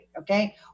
okay